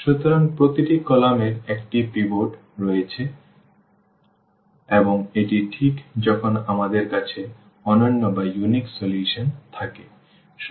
সুতরাং প্রতিটি কলাম এর একটি পিভট রয়েছে এবং এটি ঠিক যখন আমাদের কাছে অনন্য সমাধান থাকে